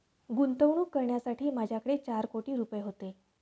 गुंतवणूक करण्यासाठी माझ्याकडे चार कोटी रुपये होते